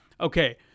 Okay